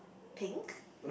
pink